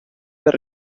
per